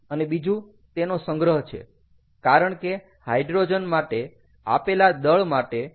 અને બીજું તેનો સંગ્રહ છે કારણ કે હાઈડ્રોજન માટે આપેલા દળ માટે ખૂબ જ વધારે કદ જોઈએ છે